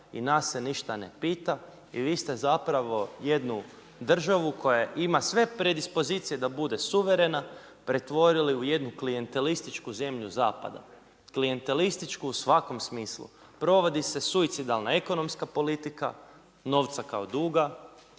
i nas se ništa ne pita i vi ste zapravo jednu državu koja ima sve predispozicije da bude suvremena, pretvorili u jednu klijentelističku zemlju zapada. Klijentelističku u svakom smislu. Provodi se suicidalna ekonomska politika, novca kao duga,